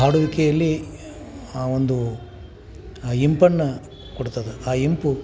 ಹಾಡುವಿಕೆಯಲ್ಲಿ ಆ ಒಂದು ಇಂಪನ್ನು ಕೊಡ್ತದೆ ಆ ಇಂಪು